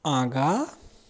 आगाँ